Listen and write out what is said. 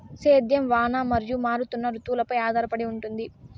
సేద్యం వాన మరియు మారుతున్న రుతువులపై ఆధారపడి ఉంటుంది